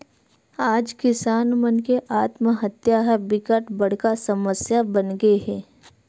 आज किसान मन के आत्महत्या ह बिकट बड़का समस्या बनगे हे